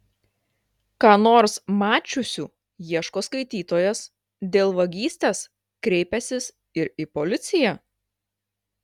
ką nors mačiusių ieško skaitytojas dėl vagystės kreipęsis ir į policiją